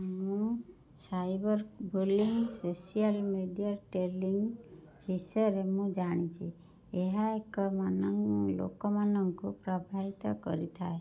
ମୁଁ cyberbullying social media telling ବିଷୟରେ ମୁଁ ଜାଣିଛି ଏହା ଏକ ମାନ ଲୋକମାନଙ୍କୁ ପ୍ରଭାବିତ କରିଥାଏ